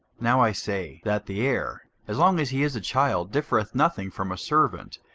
now i say, that the heir, as long as he is a child, differeth nothing from a servant,